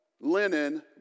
linen